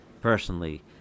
personally